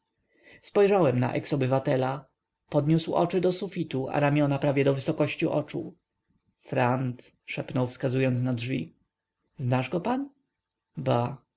spojrzałem na eks-obywatela podniósł oczy do sufitu a ramiona prawie do wysokości uszu frant szepnął wskazując na drzwi znasz go pan